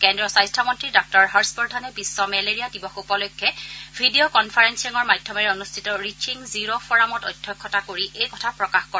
কেন্দ্ৰীয় স্বাস্থ্যমন্ত্ৰী ডাঃ হৰ্ষবৰ্ধনে বিশ্ব মেলেৰিয়া দিৱস উপলক্ষে ভিডিঅ কনফাৰেলিঙৰ মাধ্যমেৰে অনুষ্ঠিত ৰিচ্চিং জিৰ' ফ'ৰামত অধ্যক্ষতা কৰি এই কথা প্ৰকাশ কৰে